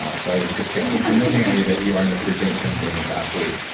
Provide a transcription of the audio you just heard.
ah so i was just guessing. i'm looking at you that you aren't a frequent endurance athlete.